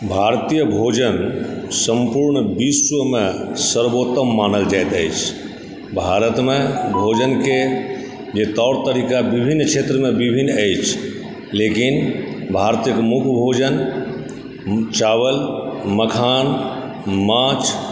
भारतीय भोजन सम्पूर्ण विश्वमे सर्वोतम मानल जाइत अछि भारतमे भोजनके जे तौर तरीका विभिन्न क्षेत्रमे विभिन्न अछि लेकिन भारतक मुख्य भोजन चावल मखान माछ